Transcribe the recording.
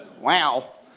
Wow